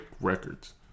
records